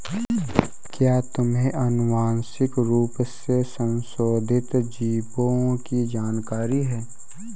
क्या तुम्हें आनुवंशिक रूप से संशोधित जीवों की जानकारी है?